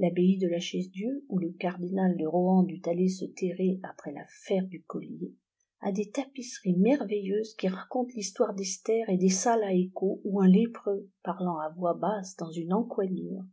l'abbaye de la chaise dieu où le cardinal de rohan dut aller se terrer après l'affaire du collier a des tapisseries merveilleuses qui racontent l'histoire d'esther et des salles à écho où un lépreux parlant à voix basse dans une encoignure